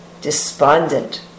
despondent